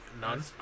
none